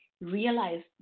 realize